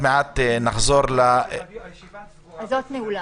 הישיבה ננעלה